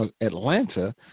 Atlanta